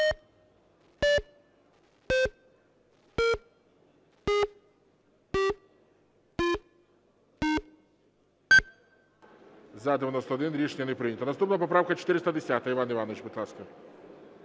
За-91 Рішення не прийнято. Наступна поправка 410. Іван Іванович, будь ласка.